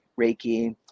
Reiki